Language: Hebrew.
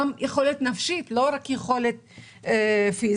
גם יכולת נפשית ולא רק יכולת פיזית.